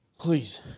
Please